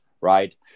right